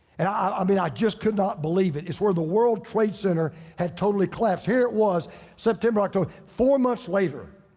and i ah mean, i just could not believe it. it's where the world trade center had totally collapsed. here it was september, october, four months later.